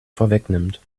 vorwegnimmt